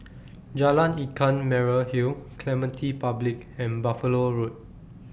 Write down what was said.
Jalan Ikan Merah Hill Clementi Public and Buffalo Road